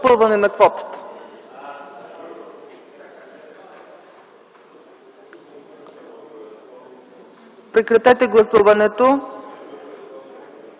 Прекратете гласуването,